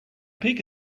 peak